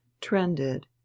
trended